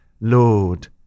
Lord